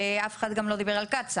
אף אחד גם לא דיבר על קצא"א.